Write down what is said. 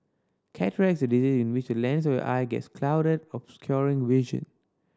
cataract is a disease in which the lens of the eye gets clouded obscuring vision